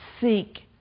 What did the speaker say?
seek